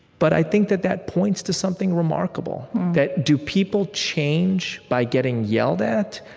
but i think that that points to something remarkable. that do people change by getting yelled at?